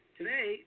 Today